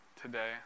today